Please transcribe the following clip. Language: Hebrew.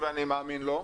בעדניקים, ואני מאמין לו.